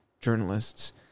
journalists